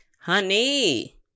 Honey